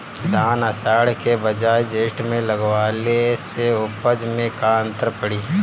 धान आषाढ़ के बजाय जेठ में लगावले से उपज में का अन्तर पड़ी?